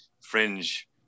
fringe